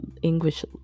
English